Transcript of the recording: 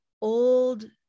old